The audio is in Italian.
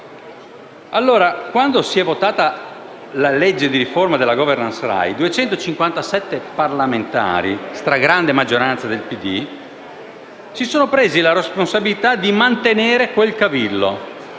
quando si è votata la legge di riforma della *governance* RAI, 257 parlamentari, cioè la stragrande maggioranza del PD, si sono presi la responsabilità di mantenere quel cavillo,